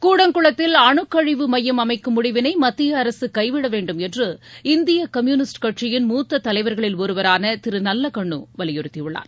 கூடங்குளத்தில் அணுக்கழிவு ஸ்பம் அமைக்கும் முடிவினைமத்தியஅரசுகைவிடவேண்டும் என்று இந்தியகம்யூனிஸ்ட் கட்சியின் மூத்ததலைவர்களில் ஒருவரானதிருநல்லகண்ணுவலியுறுத்திஉள்ளார்